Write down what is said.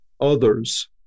others